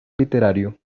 literario